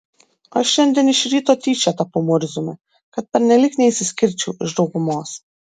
aš šiandien iš ryto tyčia tapau murziumi kad pernelyg neišsiskirčiau iš daugumos